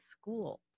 school